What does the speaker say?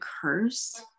curse